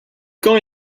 camp